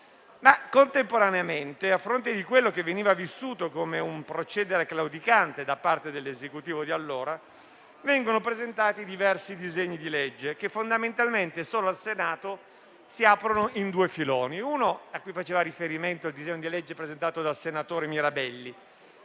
Contemporaneamente, a fronte di quanto veniva vissuto come un procedere claudicante da parte dell'Esecutivo di allora, vennero presentati diversi disegni di legge, che, fondamentalmente, solo al Senato si aprirono in due filoni: uno faceva riferimento al disegno di legge presentato dal senatore Mirabelli,